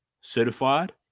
certified